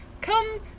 Come